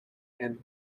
and